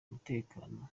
umutekano